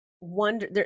wonder